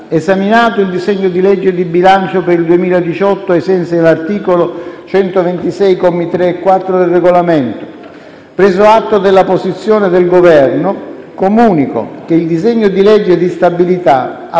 esaminato il disegno di legge di bilancio per il 2018, ai sensi dell'articolo 126, commi 3 e 4, del Regolamento, preso atto della posizione del Governo, comunico che il disegno di legge di stabilità appare